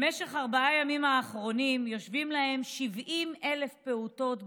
במשך ארבעת הימים האחרונים יושבים להם 70,000 פעוטות בבית.